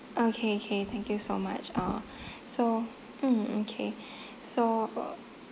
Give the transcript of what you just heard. okay okay thank you so much uh so mm okay so uh